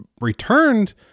returned